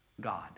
God